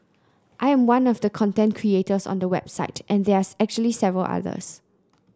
I am one of the content creators on the website and there are actually several others